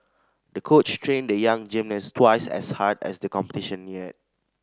the coach trained the young gymnast twice as hard as the competition neared